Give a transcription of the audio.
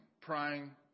praying